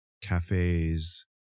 cafes